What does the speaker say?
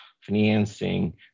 financing